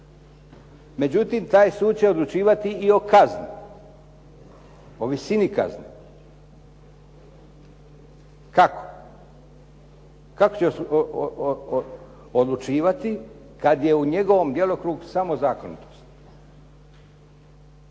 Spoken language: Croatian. Međutim, taj sud će odlučivati i o kazni, o visini kazne. Kako? Kako će odlučivati kada je u njegovom djelovanju samo zakonitost?